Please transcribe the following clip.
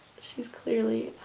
she's clearly,